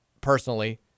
personally